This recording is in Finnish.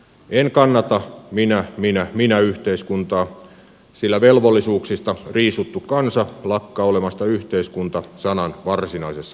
en kannata minä minä minä yhteiskuntaa sillä velvollisuuksista riisuttu kansa lakkaa olemasta yhteiskunta sanan varsinaisessa merkityksessä